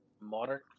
modern